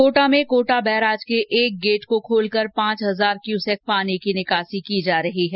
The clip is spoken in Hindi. कोटा में कोटा बैराज के एक गेट को खोलकर पांच हजार क्युसेक पानी की निकासी की गई है